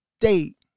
date